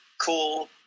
cool